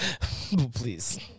Please